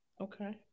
okay